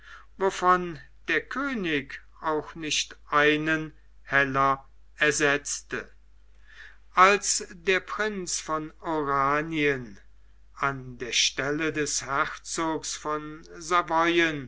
wovon der könig auch nicht einen heller ersetzte als der prinz von oranien an der stelle des herzogs von